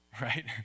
right